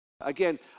Again